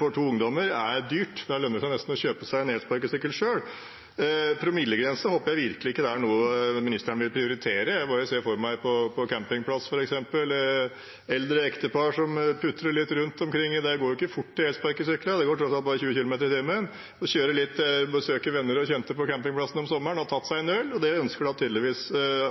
for to ungdommer dyrt. Da lønner det seg nesten å kjøpe seg en elsparkesykkel selv. Promillegrense håper jeg virkelig ikke er noe ministeren vil prioritere. Jeg ser bare for meg, f.eks. på en campingplass, et eldre ektepar som putrer litt rundt omkring – de går jo ikke fort de elsparkesyklene, de går tross alt bare i 20 km/t – og besøker venner og bekjente på campingplassen om sommeren og har tatt seg en øl. Det ønsker tydeligvis